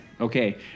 Okay